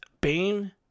Bane